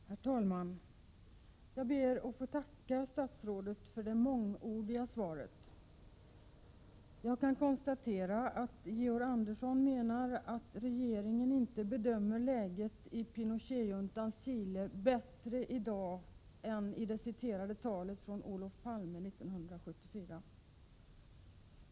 Herr talman! Jag ber att få tacka statsrådet för det mångordiga svaret. Jag kan konstatera att Georg Andersson menar att regeringen inte bedömer läget i Pinochetjuntans Chile vara bättre i dag än vad som sades i det citerade talet som hölls av Olof Palme 1974.